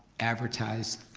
advertised